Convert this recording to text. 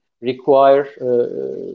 require